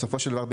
בסופו של דבר,